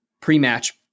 pre-match